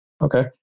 Okay